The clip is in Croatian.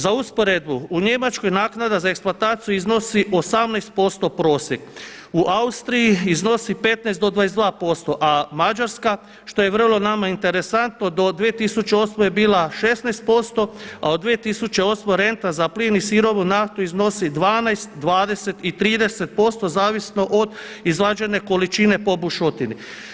Za usporedbu u Njemačkoj naknada za eksploataciju iznosi 18% prosjek, u Austriji iznosi 15 do 22%, a Mađarska što je vrlo nama interesantno do 2008. je bila 16%, a od 2008. renta za plin i sirovu naftu iznosi 12, 20 i 30% zavisno od izvađene količine po bušotini.